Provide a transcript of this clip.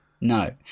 No